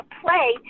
play